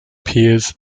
piers